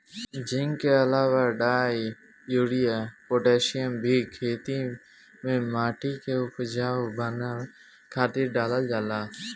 zinc के अलावा डाई, यूरिया, पोटैशियम भी खेते में माटी के उपजाऊ बनावे खातिर डालल जाला